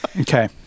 okay